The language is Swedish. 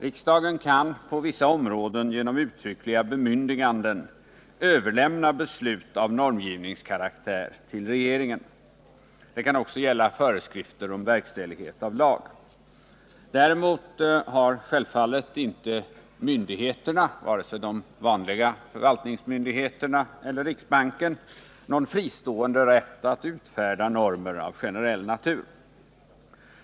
Riksdagen kan på vissa områden genom uttryckliga bemyndiganden överlämna beslut om normgivning till regeringen. Det kan också gälla föreskrifter om verkställighet av lag. Däremot har självfallet inte myndigheterna, vare sig de vanliga förvaltningsmyndigheterna eller riksbanken, någon fristående rätt att utfärda normer av generell natur.